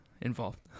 involved